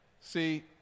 see